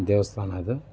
ದೇವಸ್ಥಾನ ಇದು